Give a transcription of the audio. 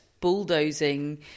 bulldozing